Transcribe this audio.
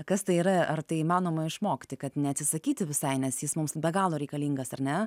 kas tai yra ar tai įmanoma išmokti kad neatsisakyti visai nes jis mums be galo reikalingas ar ne